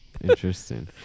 Interesting